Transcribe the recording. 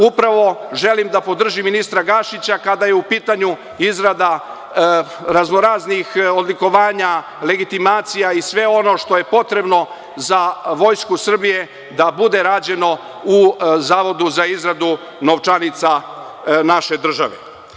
Upravo želim da podržim ministra Gašića, kada je u pitanju izrada raznoraznih odlikovanja, legitimacija i sve ono što je potrebno za Vojsku Srbije da bude rađeno u Zavodu za izradu novčanica naše države.